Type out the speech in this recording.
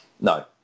No